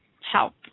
help